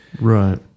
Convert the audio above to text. Right